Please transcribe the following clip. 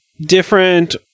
different